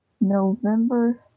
November